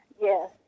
Yes